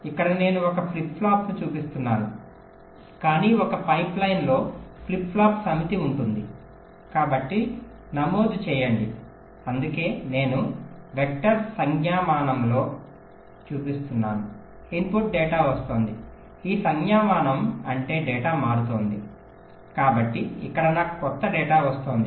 ఇక్కడ నేను ఒక ఫ్లిప్ ఫ్లాప్ను చూపిస్తున్నాను కానీ ఒక పైప్ లైన్లో ఫ్లిప్ ఫ్లాప్ సమితి ఉంటుంది కాబట్టి నమోదు చేయండి అందుకే నేను వెక్టర్ సంజ్ఞామానంలో చూపిస్తున్నాను ఇన్పుట్ డేటా వస్తోంది ఈ సంజ్ఞామానం అంటే డేటా మారుతోంది కాబట్టి ఇక్కడ నా క్రొత్త డేటా వస్తోంది